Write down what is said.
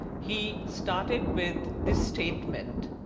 he started with this statement.